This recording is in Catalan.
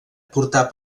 portar